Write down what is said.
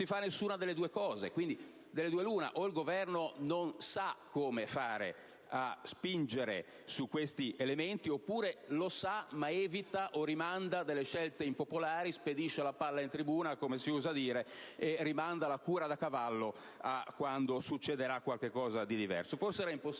non si fa nessuna delle due cose. Allora, delle due l'una: o il Governo non sa come fare a spingere su questi elementi, oppure lo sa ma evita o rimanda scelte impopolari, come si usa dire "spedisce la palla in tribuna" e rimanda la cura da cavallo a quando succederà qualcosa di diverso.